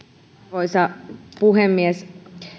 arvoisa puhemies